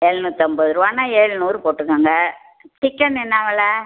எழுநூற்றம்பது ரூபானா ஏழுநூறு போட்டுக்கோங்க சிக்கன் என்ன வெலை